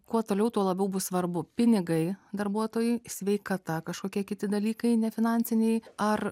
kuo toliau tuo labiau bus svarbu pinigai darbuotojui sveikata kažkokie kiti dalykai nefinansiniai ar